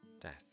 Death